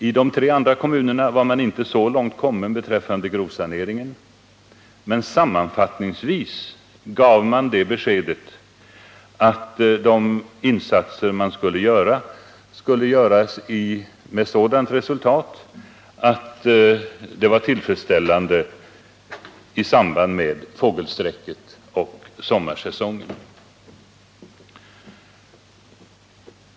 I de tre andra kommunerna var man inte så långt kommen beträffande grovsaneringen. Sammanfattningsvis kan jag säga att man gav beskedet att erforderliga insatser skulle göras med sikte på ett sådant resultat att läget skulle vara tillfredsställande i samband med fågelsträcket och sommarsäsongen.